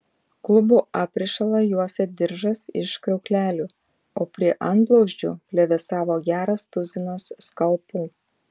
klubų aprišalą juosė diržas iš kriauklelių o prie antblauzdžių plevėsavo geras tuzinas skalpų